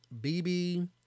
BB